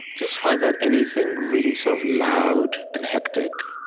just find that anything really sort of loud and hectic